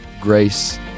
grace